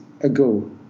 ago